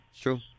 True